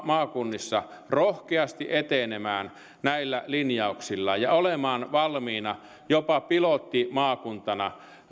maakunnissa rohkeasti etenemään näillä linjauksilla ja olemaan valmiina jopa pilottimaakuntana